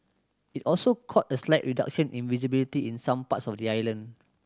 it also caught a slight reduction in visibility in some parts of the island